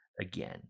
again